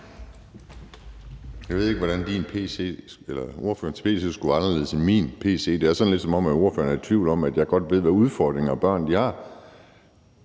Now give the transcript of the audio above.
Jeg ved ikke, hvordan ordførerens pc skulle være anderledes end min pc. Det er lidt, som om ordføreren er i tvivl om, om jeg ved, hvad udfordringer børn har.